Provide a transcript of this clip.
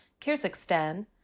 kyrgyzstan